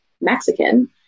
Mexican